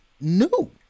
new